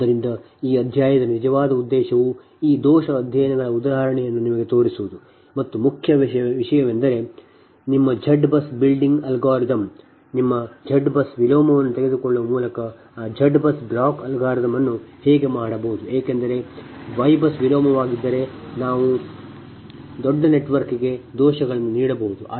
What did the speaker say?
ಆದ್ದರಿಂದ ಈ ಅಧ್ಯಾಯದ ಈ ನಿಜವಾದ ಉದ್ದೇಶವು ಈ ದೋಷ ಅಧ್ಯಯನಗಳ ಉದಾಹರಣೆಯನ್ನು ನಿಮಗೆ ತೋರಿಸುವುದು ಮತ್ತು ಮುಖ್ಯ ವಿಷಯವೆಂದರೆ ನಿಮ್ಮ Z BUS ಬಿಲ್ಡಿಂಗ್ ಅಲ್ಗಾರಿದಮ್ ನಿಮ್ಮ Y BUS ವಿಲೋಮವನ್ನು ತೆಗೆದುಕೊಳ್ಳುವ ಬದಲು ಆ Z BUS block ಅಲ್ಗಾರಿದಮ್ ಅನ್ನು ಹೇಗೆ ಮಾಡಬಹುದು ಎಂಬುದು ಏಕೆಂದರೆ Y BUS ವಿಲೋಮವಾಗಿದ್ದರೆ ದೊಡ್ಡ ನೆಟ್ವರ್ಕ್ಗೆ ದೋಷಗಳನ್ನು ನೀಡಬಹುದು